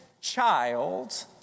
child